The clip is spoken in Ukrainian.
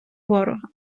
ворога